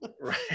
right